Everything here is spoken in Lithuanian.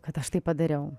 kad aš tai padariau